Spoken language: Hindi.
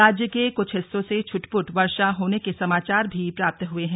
राज्य के कुछ हिस्सों से छुटपुट वर्षा होने के समाचार भी प्राप्त हुए हैं